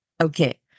Okay